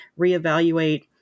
reevaluate